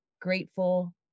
grateful